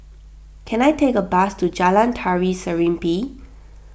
can I take a bus to Jalan Tari Serimpi